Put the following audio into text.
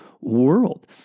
world